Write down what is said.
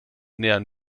nähern